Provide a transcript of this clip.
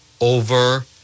over